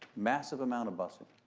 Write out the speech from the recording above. massive amount of busing,